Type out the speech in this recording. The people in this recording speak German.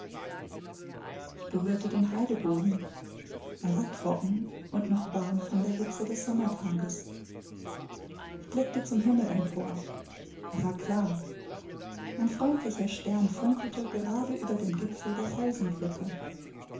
ich berührte den haideboden er war trocken und noch warm von der hitze des sommertages ich blickte zum himmel empor er war klar ein freundlicher stern funkelte gerade über dem gipfel der